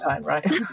right